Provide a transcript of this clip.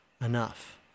enough